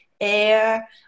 air